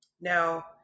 Now